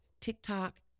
TikTok